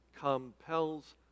compels